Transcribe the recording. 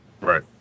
right